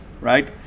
right